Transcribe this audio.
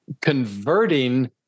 converting